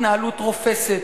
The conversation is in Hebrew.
התנהלות רופסת,